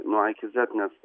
nuo a iki zet nes